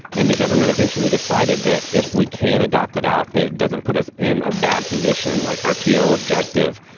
and the government eventually decided that if we can't adopt it out, it doesn't put us in a bad position like our t o objective,